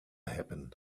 happen